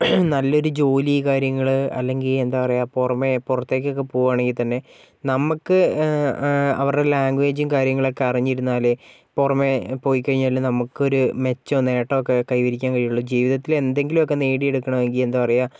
നല്ലൊരു ജോലി കാര്യങ്ങൾ അല്ലെങ്കിൽ എന്താ പറയുക പുറമെ പുറത്തേക്കൊക്കെ പോവുകയാണെങ്കിൽ തന്നെ നമ്മൾക്ക് അവരുടെ ലാങ്ക്വേജും കാര്യങ്ങളൊക്കെ അറിഞ്ഞിരുന്നാലേ പുറമെ പോയിക്കഴിഞ്ഞാൽ നമുക്ക് ഒര് മെച്ചമോ നേട്ടമോ ഒക്കെ കൈവരിക്കാൻ കഴിയുള്ളു ജീവിതത്തിൽ എന്തെങ്കിലുമൊക്കെ നേടി എടുക്കണമെങ്കിൽ എന്താ പറയുക